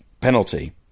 penalty